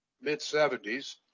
mid-70s